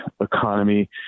economy